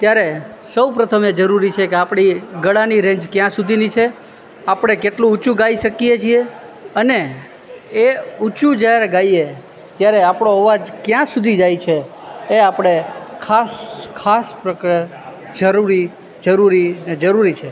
ત્યારે સૌપ્રથમ એ જરૂરી છે કે આપણી ગળાની રેન્જ ક્યાં સુધીની છે આપણે કેટલું ઊંચું ગાઈ શકીએ છીએ અને એ ઊંચું જ્યારે ગાઈએ ત્યારે આપણો અવાજ ક્યાં સુધી જાય છે એ આપણે ખાસ ખાસ પ્રકર જરૂરી જરૂરી ને જરૂરી છે